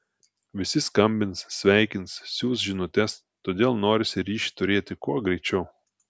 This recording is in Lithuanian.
visi skambins sveikins siųs žinutes todėl norisi ryšį turėti kuo greičiau